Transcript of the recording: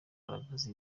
kugaragaza